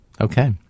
Okay